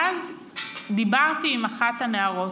ואז דיברתי עם אחת הנערות,